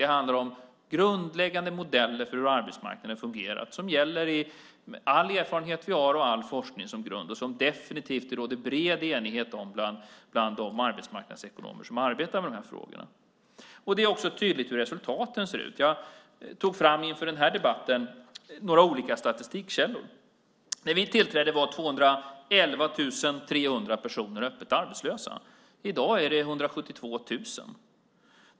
Det handlar om grundläggande modeller för hur arbetsmarknaden fungerar som gäller i all erfarenhet och forskning vi har och som det definitivt råder bred enighet om bland de arbetsmarknadsekonomer som arbetar med dessa frågor. Det är också tydligt hur resultaten ser ut. Inför debatten tog jag fram några olika statistikkällor. När vi tillträdde var 211 300 personer öppet arbetslösa; i dag är det 172 000.